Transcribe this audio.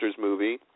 movie